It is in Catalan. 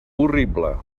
horrible